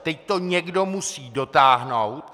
Teď to někdo musí dotáhnout.